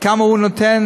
כמה הוא נותן,